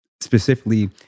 specifically